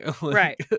Right